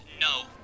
no